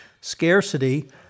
scarcity